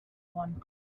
one